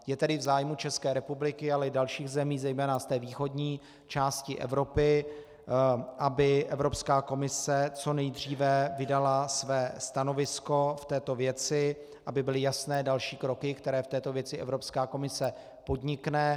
Je tedy v zájmu České republiky, ale i dalších zemí, zejména z té východní části Evropy, aby Evropská komise co nejdříve vydala své stanovisko v této věci, aby byly jasné další kroky, které v této věci Evropská komise podnikne.